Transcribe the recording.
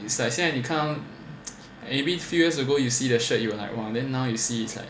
it's like 现在你看 maybe few years ago you see the shirt you will like !wah! then now you see it's like